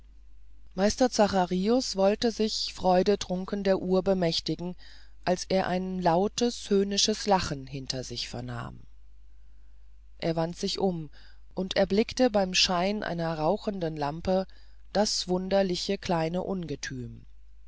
meister zacharius wollte sich freudetrunken der uhr bemächtigen als er ein lautes höhnisches lachen hinter sich vernahm er wandte sich um und erblickte beim schein einer rauchenden lampe das wunderliche kleine ungethüm